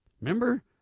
remember